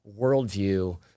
worldview